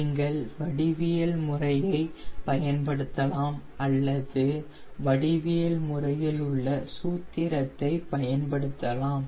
நீங்கள் வடிவியல் முறையை பயன்படுத்தலாம் அல்லது வடிவியல் முறையிலுள்ள சூத்திரத்தை பயன்படுத்தலாம்